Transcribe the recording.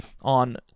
on